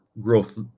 growth